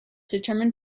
determined